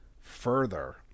further